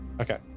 Okay